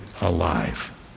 alive